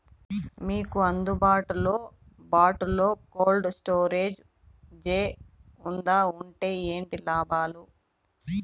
మీకు అందుబాటులో బాటులో కోల్డ్ స్టోరేజ్ జే వుందా వుంటే ఏంటి లాభాలు?